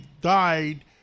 died